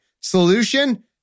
Solution